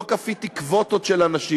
לא כפיתי קווטות של אנשים,